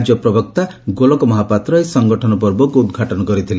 ରାଜ୍ୟ ପ୍ରବକ୍ତା ଗୋଲକ ମହାପାତ୍ର ଏହି ସଂଗଠନ ପର୍ବକୁ ଉଦ୍ଘାଟନ କରିଥିଲେ